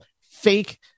fake